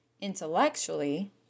Intellectually